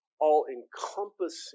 all-encompassing